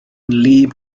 wlyb